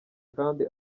kandi